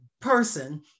person